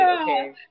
okay